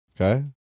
Okay